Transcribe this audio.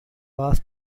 was